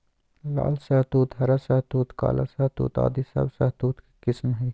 लाल शहतूत, हरा शहतूत, काला शहतूत आदि सब शहतूत के किस्म हय